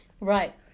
Right